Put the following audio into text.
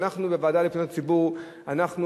ואנחנו,